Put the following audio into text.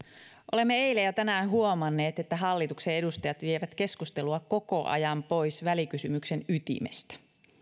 olemme eilen ja tänään huomanneet että hallituksen edustajat vievät keskustelua koko ajan pois välikysymyksen ytimestä